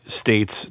states